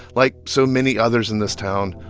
like so many others in this town,